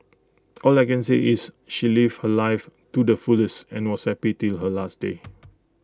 all I can say is she lived her life too the fullest and was happy till her last day